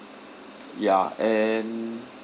ya and